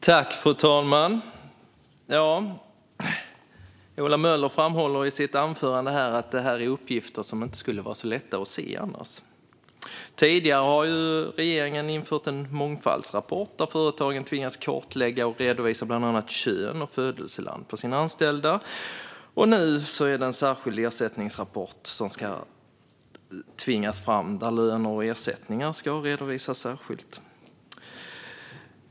Fru talman! Ola Möller framhåller i sitt anförande att detta är uppgifter som inte skulle vara så lätta att se annars. Tidigare har ju regeringen infört en mångfaldsrapport, där företagen tvingas kartlägga och redovisa bland annat kön och födelseland på sina anställda. Nu är det en särskild ersättningsrapport som ska tvingas fram, där löner och ersättningar ska redovisas särskilt.